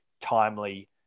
timely